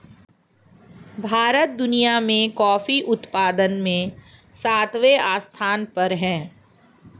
भारत दुनिया में कॉफी उत्पादन में सातवें स्थान पर है